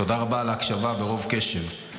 תודה רבה על ההקשבה ברוב קשב.